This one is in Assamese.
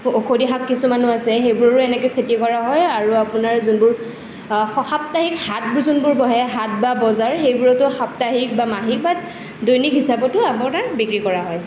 ঔষধি শাক কিছুমানো আছে সেইবোৰো এনেকৈ খেতি কৰা হয় আৰু আপোনাৰ যোনবোৰ সাপ্তাহিক হাটবোৰ যোনবোৰ বহে হাট বা বজাৰ সেইবোৰতো সাপ্তাহিক বা মাহিক বা দৈনিক হিচাপতো আপোনাৰ বিক্ৰী কৰা হয়